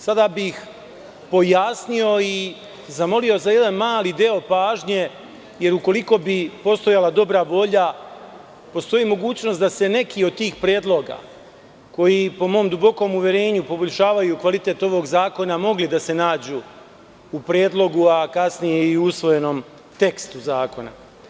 Sada bih da ih pojasnim i zamolio bih za jedan mali deo pažnje, jer, ukoliko bi postojala dobra volja, postoji mogućnost da se neki od tih predloga, koji po mom dubokom uverenju poboljšavaju kvalitet ovog zakona, nađu u predlogu, a kasnije i u usvojenom tekstu zakona.